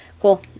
cool